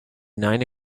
nine